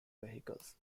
vehicles